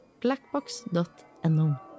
blackbox.no